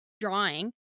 drawing